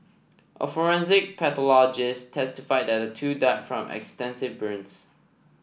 a forensic pathologist testified that the two died from extensive burns